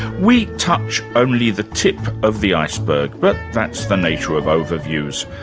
we touch only the tip of the iceberg, but that's the nature of overviews.